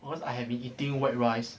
cause I have been eating white rice